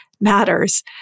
matters